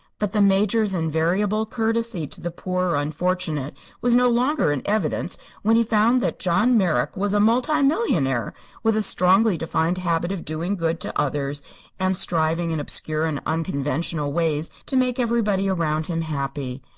but the major's invariable courtesy to the poor or unfortunate was no longer in evidence when he found that john merrick was a multi-millionaire with a strongly defined habit of doing good to others and striving in obscure and unconventional ways to make everybody around him happy.